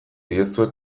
diezue